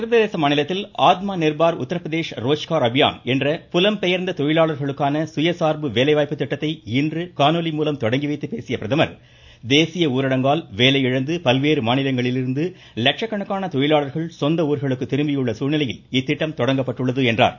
உத்தரப்பிரதேச மாநிலத்தில் ஆத்ம நிர்பார் உத்தரப்பிரதேஷ் ரோஜ்கார் அபியான் என்ற புலம் பெயர்ந்த தொழிலாளர்களுக்கான சுயசார்பு வேலைவாய்ப்பு திட்டத்தை இன்று காணொலி மூலம் தொடங்கி வைத்து பேசிய அவர் தேசிய ஊரடங்கால் வேலையிழந்து பல்வேறு மாநிலங்களிலிருந்து லட்சக்கணக்கான தொழிலாளர்கள் சொந்த ஊர்களுக்கு திரும்பியுள்ள சூழ்நிலையில் இத்திட்டம் தொடங்கப்பட்டுள்ளது என்றார்